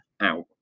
out